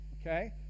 Okay